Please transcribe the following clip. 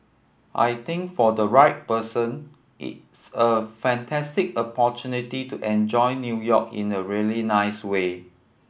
I think for the right person it's a fantastic opportunity to enjoy New York in a really nice way